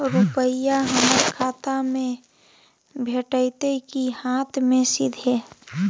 रुपिया हमर खाता में भेटतै कि हाँथ मे सीधे?